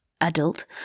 adult